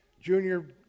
junior